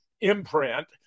imprint